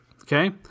Okay